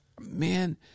man